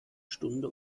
stunde